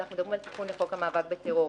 ומכיוון שפה אנחנו מדברים על תיקון לחוק המאבק בטרור,